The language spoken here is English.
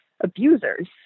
abusers